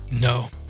No